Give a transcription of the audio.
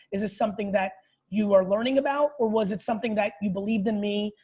is this something that you are learning about? or was it something that you believed in me?